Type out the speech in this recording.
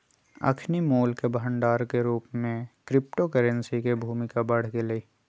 अखनि मोल के भंडार के रूप में क्रिप्टो करेंसी के भूमिका बढ़ गेलइ